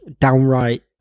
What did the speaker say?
downright